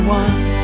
one